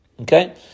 Okay